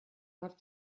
have